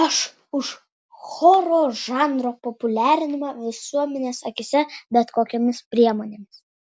aš už choro žanro populiarinimą visuomenės akyse bet kokiomis priemonėmis